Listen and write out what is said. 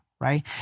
right